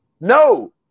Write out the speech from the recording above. No